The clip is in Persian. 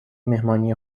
مهمانی